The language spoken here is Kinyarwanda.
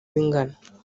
ingana